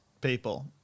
people